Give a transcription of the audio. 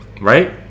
Right